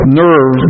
nerve